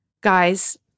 guys